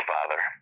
Father